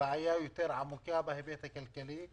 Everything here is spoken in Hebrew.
בעיה יותר עמוקה בהיבט הכלכלי,